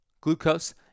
glucose